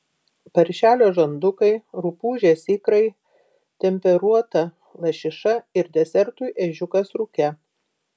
paršelio žandukai rupūžės ikrai temperuota lašiša ir desertui ežiukas rūke